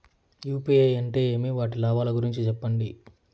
UPI అంటే ఏమి? వాటి లాభాల గురించి సెప్పండి?